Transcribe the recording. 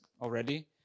already